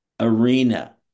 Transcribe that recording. arena